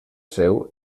seu